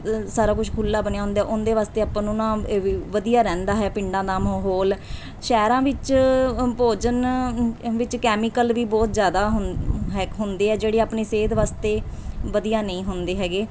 ਸਾਰਾ ਕੁਛ ਖੁੱਲ੍ਹਾ ਬਣਿਆ ਹੁੰਦਾ ਉਹਨਾਂ ਦੇ ਵਾਸਤੇ ਆਪਾਂ ਨੂੰ ਨਾ ਇਹ ਵੀ ਵਧੀਆ ਰਹਿੰਦਾ ਹੈ ਪਿੰਡਾਂ ਦਾ ਮਾਹੌਲ ਸ਼ਹਿਰਾਂ ਵਿੱਚ ਭੋਜਨ ਵਿੱਚ ਕੈਮੀਕਲ ਵੀ ਬਹੁਤ ਜ਼ਿਆਦਾ ਹੁੰਦ ਹੈ ਹੁੰਦੇ ਹੈ ਜਿਹੜੇ ਆਪਣੀ ਸਿਹਤ ਵਾਸਤੇ ਵਧੀਆ ਨਹੀਂ ਹੁੰਦੇ ਹੈਗੇ